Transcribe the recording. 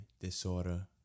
Disorder